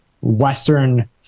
Western